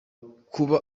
kuba